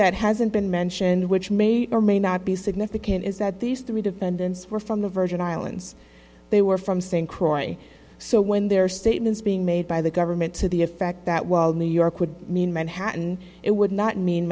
that hasn't been mentioned which may or may not be significant is that these three defendants were from the virgin islands they were from st croix so when there are statements being made by the government to the effect that well new york would mean manhattan it would not mean